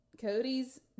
cody's